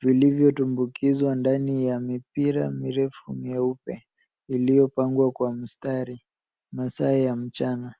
Vilivyotumbukizwa ndani ya mipira mirefu myeupe, iliyopangwa kwa mistari. Masaa ya mchana.